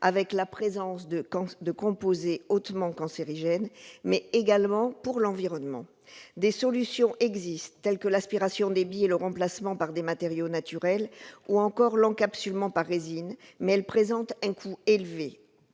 de la présence de composés hautement cancérogènes, et pour l'environnement. Des solutions existent, telles que l'aspiration des billes et le remplacement par des matériaux naturels, ou encore l'encapsulement par résine, mais elles présentent un coût élevé.